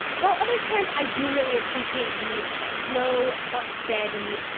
while other times i do really appreciate the slow but steady,